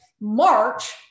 March